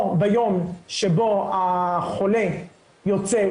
או ביום שבו החולה יוצא,